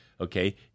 Okay